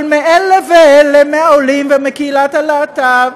אבל מאלה ואלה, מהעולים ומקהילת הלהט"ב,